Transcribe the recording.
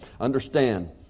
Understand